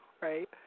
right